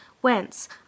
whence